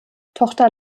tochter